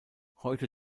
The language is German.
heute